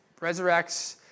resurrects